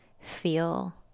feel